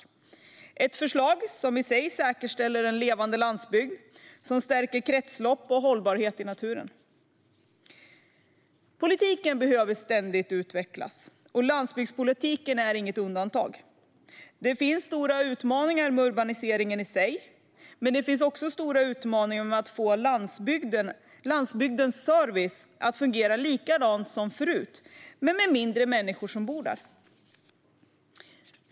Det är ett förslag som säkerställer en levande landsbygd och som stärker kretslopp och hållbarhet i naturen. Politiken behöver ständigt utvecklas, och landsbygdspolitiken är inget undantag. Det finns stora utmaningar med urbaniseringen, men det finns också stora utmaningar med att få landsbygdens service att fungera likadant som förut men med färre människor som bor där.